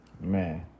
Man